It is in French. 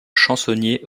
chansonnier